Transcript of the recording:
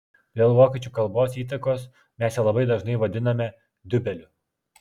dėl vokiečių kalbos įtakos mes ją labai dažnai vadiname diubeliu